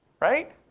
Right